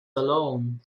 alone